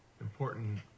important